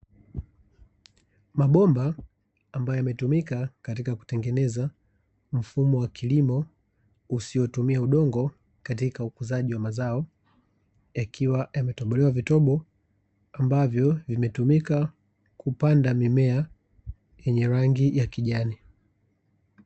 Mabomba ambayo yametumika katika kutengeneza mfumo wa kilimo usiotumia udongo katika ukuzaji wa mazao, yakiwa yametobolewa vitobo ambavyo vimetumika kupanda mimea yenye rangi ya kijani.